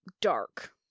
dark